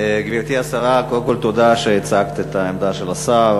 גברתי השרה, קודם כול תודה שהצגת את העמדה של השר.